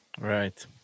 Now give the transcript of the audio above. Right